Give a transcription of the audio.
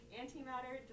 antimatter